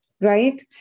Right